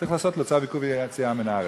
צריך לעשות לו צו עיכוב יציאה מן הארץ,